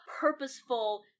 purposeful